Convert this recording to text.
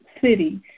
city